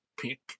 pick